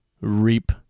reap